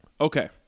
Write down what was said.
Okay